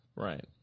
Right